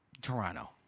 Toronto